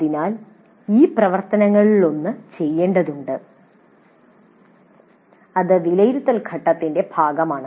അതിനാൽ ഈ പ്രവർത്തനങ്ങളിലൊന്ന് ഞങ്ങൾ ചെയ്യേണ്ടതുണ്ട് അത് വിലയിരുത്തൽ ഘട്ടത്തിന്റെ ഭാഗമാണ്